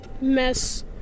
mess